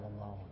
alone